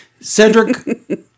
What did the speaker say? Cedric